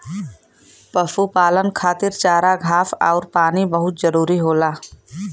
पशुपालन खातिर चारा घास आउर पानी बहुत जरूरी होला